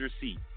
seat